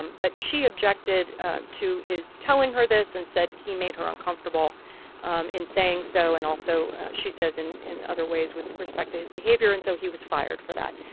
um but she objected ah to his telling her this, and said he made her uncomfortable um in saying so and also, she says, in in other ways with respect to his behavior. and so he was fired for that.